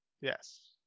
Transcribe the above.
Yes